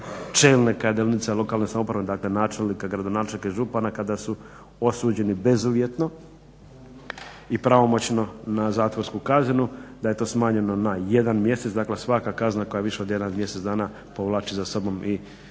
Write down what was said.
čelnika jedinica lokalne samouprave, dakle načelnika, gradonačelnika i župana kada su osuđeni bezuvjetno i pravomoćno na zatvorsku kaznu da je to smanjeno na 1 mjesec. Dakle, svaka kazna koja je viša od mjesec dana povlači za sobom i